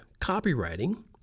copywriting